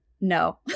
No